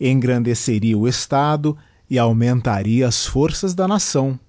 engrandeceria o estado e augmentaria as forças da nação